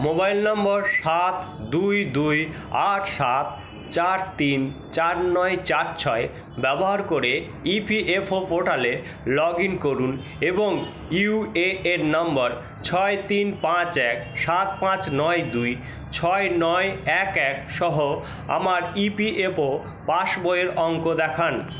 mobile number সাত দুই দুই আট সাত চার তিন চার নয় চার ছয় ব্যবহার করে ইপিএফও পোর্টালে লগইন করুন এবং ইউএএন নাম্বার ছয় তিন পাঁচ এক সাত পাঁচ নয় দুই ছয় নয় এক এক সহ আমার ইপিএফও পাসবইয়ের অঙ্ক দেখান